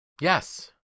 Yes